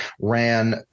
ran